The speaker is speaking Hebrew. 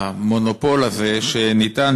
המונופול הזה שניתן,